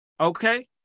Okay